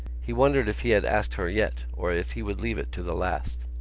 he wondered if he had asked her yet or if he would leave it to the last.